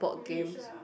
rich ah